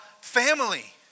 family